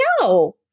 No